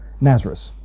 Nazareth